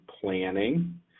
planning